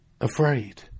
afraid